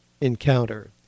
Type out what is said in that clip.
encounter